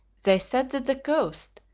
they said that the coast,